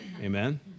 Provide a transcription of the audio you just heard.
amen